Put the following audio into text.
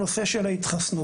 הנושא של ההתחסנות.